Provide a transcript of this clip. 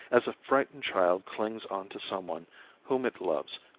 as a frightened child clings on to someone whom it loves.